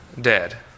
dead